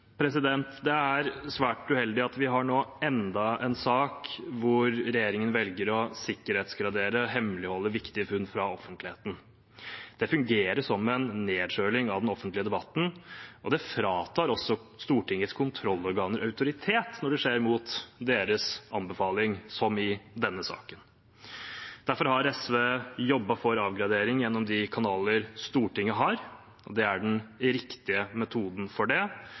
Det er svært uheldig at vi nå har enda en sak hvor regjeringen velger å sikkerhetsgradere og hemmeligholde viktige funn for offentligheten. Det fungerer som en nedkjøling av den offentlige debatten, og det fratar også Stortingets kontrollorganer autoritet når det skjer mot deres anbefaling, som i denne saken. Derfor har SV jobbet for avgradering gjennom de kanaler Stortinget har. Det er den riktige metoden for det.